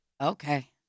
Okay